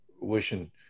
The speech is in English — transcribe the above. wishing